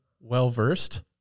well-versed